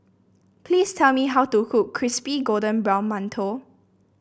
please tell me how to cook Crispy Golden Brown Mantou